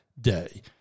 day